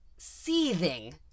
seething